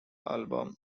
album